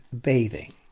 bathing